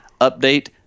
update